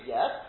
Yes